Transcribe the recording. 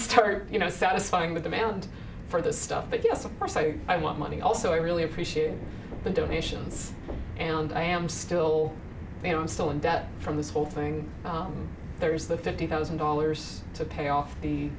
turn you know satisfying the demand for the stuff but yes of course so i want money also i really appreciate the donations and i am still you know i'm still in debt from this whole thing there is the fifty thousand dollars to pay off the